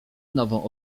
nową